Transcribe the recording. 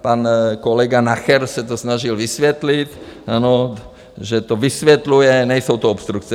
Pan kolega Nacher se to snažil vysvětlit, ano, že to vysvětluje, nejsou to obstrukce.